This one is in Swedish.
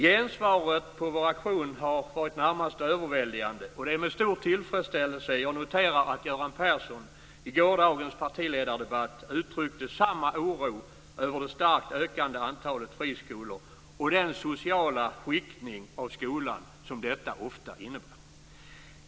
Gensvaret på vår aktion har varit närmast överväldigande och det är med stor tillfredsställelse jag noterar att Göran Persson i gårdagens partiledardebatt uttryckte samma oro över det starkt ökande antalet friskolor och den sociala skiktning av skolan som detta ofta innebär.